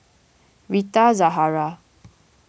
Rita Zahara